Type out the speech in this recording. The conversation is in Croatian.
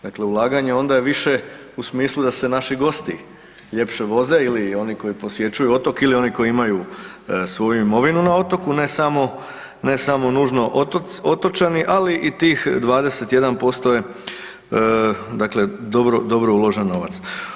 Dakle, ulaganje onda je više u smislu da se naši gosti ljepše voze ili oni koji posjećuju otok ili oni koji imaju svoju imovinu na otoku, ne samo nužno otočani, ali i tih 21% je dakle dobro uložen novac.